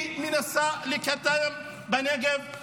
היא מנסה לקדם בנגב,